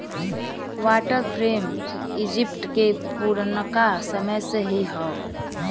water frame Egypt के पुरनका समय से ही हौ